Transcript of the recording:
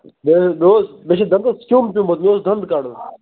مےٚ حظ اوس مےٚ چھُ دنٛدس کیٚوم پیٚومُت مےٚ اوس دنٛد کَڈُن